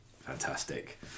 fantastic